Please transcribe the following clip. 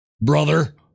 brother